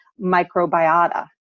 microbiota